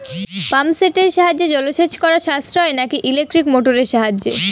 Pump সেটের সাহায্যে জলসেচ করা সাশ্রয় নাকি ইলেকট্রনিক মোটরের সাহায্যে?